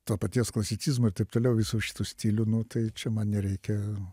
to paties klasicizmo ir taip toliau visų šitų stilių nu tai čia man nereikia